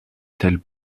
tels